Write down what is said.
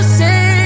say